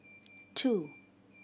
two